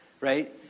right